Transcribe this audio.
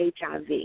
HIV